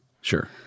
Sure